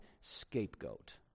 scapegoat